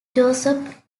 joseph